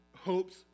Hopes